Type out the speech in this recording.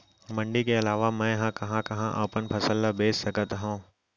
मण्डी के अलावा मैं कहाँ कहाँ अपन फसल ला बेच सकत हँव?